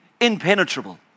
impenetrable